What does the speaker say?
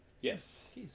Yes